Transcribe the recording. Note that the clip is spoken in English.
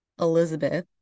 Elizabeth